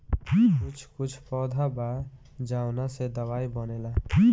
कुछ कुछ पौधा बा जावना से दवाई बनेला